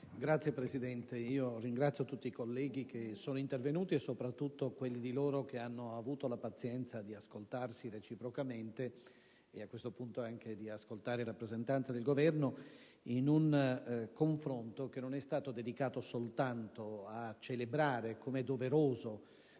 Signora Presidente, ringrazio tutti i colleghi intervenuti, soprattutto quelli di loro che hanno avuto la pazienza di ascoltarsi reciprocamente e, a questo punto, anche di ascoltare il rappresentante del Governo in un confronto che non è stato dedicato soltanto a celebrare - com'è doveroso